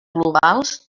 globals